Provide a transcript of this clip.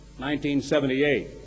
1978